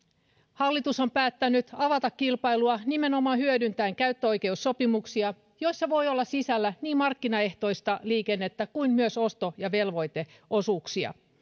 hallitus on päättänyt avata kilpailua nimenomaan hyödyntäen käyttöoikeussopimuksia joissa voi olla sisällä niin markkinaehtoista liikennettä kuin myös osto ja velvoiteosuuksia